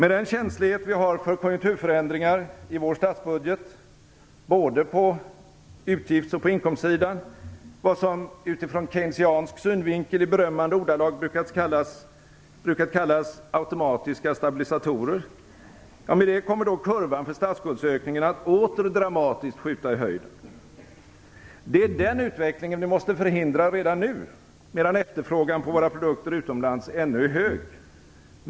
Med den känslighet vi har för konjunkturförändringar i vår statsbudget på både utgifts och inkomstsidan - vad som utifrån keynesiansk synvinkel i berömmande ordalag brukat kallas automatiska stabilisatorer - kommer då kurvan för statsskuldsökningen åter dramatiskt skjuta i höjden. Det är den utvecklingen vi måste förhindra redan nu, medan efterfrågan på våra produkter utomlands ännu är hög.